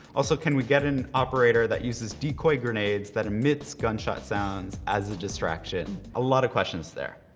also, can we get an operator that uses decoy grenades that emits gunshot sounds as a distraction? a lot of questions there.